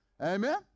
Amen